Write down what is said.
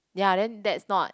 ya then that's not